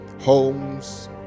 homes